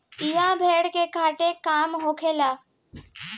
इहा भेड़ के काटे के काम होखेला